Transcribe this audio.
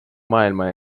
maailma